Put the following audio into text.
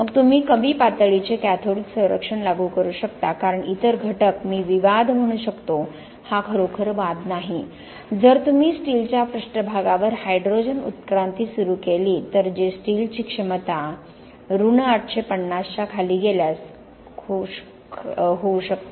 मग तुम्ही कमी पातळीचे कॅथोडिक संरक्षण लागू करू शकता कारण इतर घटक मी विवाद म्हणू शकतो हा खरोखर वाद नाही जर तुम्ही स्टीलच्या पृष्ठभागावर हायड्रोजन उत्क्रांती सुरू केली तर जे स्टीलची क्षमता उणे 850 च्या खाली गेल्यास होऊ शकते